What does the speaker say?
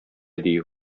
дию